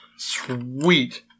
Sweet